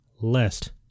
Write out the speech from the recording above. lest